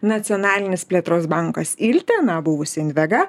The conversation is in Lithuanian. nacionalinis plėtros bankas ilte na buvusi invega